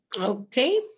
Okay